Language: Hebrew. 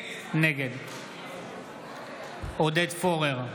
נגד עודד פורר,